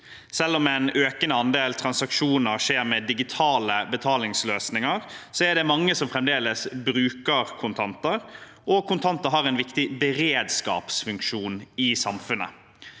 Selv om en økende andel transaksjoner skjer med digitale betalingsløsninger, er det mange som fremdeles bruker kontanter, og kontanter har en viktig beredskapsfunksjon i samfunnet.